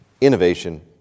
innovation